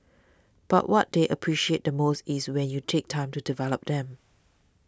but what they appreciate the most is when you take time to develop them